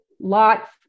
lots